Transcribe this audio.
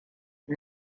and